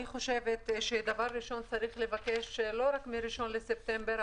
דבר ראשון לא צריך לבקש רק מ-1 בספטמבר.